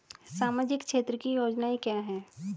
सामाजिक क्षेत्र की योजनाएं क्या हैं?